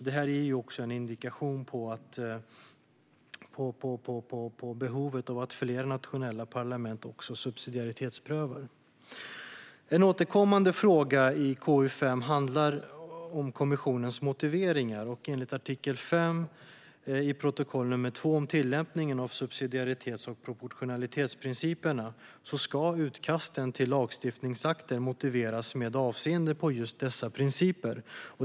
Detta är en indikation på behovet av att fler nationella parlament subsidiaritetsprövar. En återkommande fråga i KU5 handlar om kommissionens motiveringar. Enligt artikel 5 i protokoll nr 2 om tillämpningen av subsidiaritets och proportionalitetsprinciperna ska utkasten till lagstiftningsakter motiveras med avseende på just dessa principer.